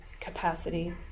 capacity